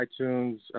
iTunes